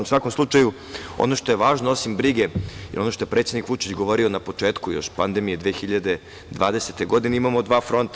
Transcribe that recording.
U svakom slučaju, ono što je važno, osim brige i ono što je predsednik Vučić govorio na početku još pandemije 2020. godine, imamo dva fronta.